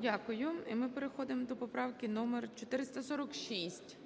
Дякую. І ми переходимо до поправки номер 446.